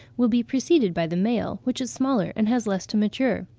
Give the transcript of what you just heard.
will be preceded by the male, which is smaller and has less to mature.